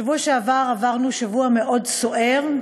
בשבוע שעבר עברנו שבוע מאוד סוער,